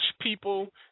people